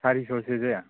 सारिस'सो जाया